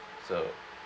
so